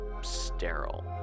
sterile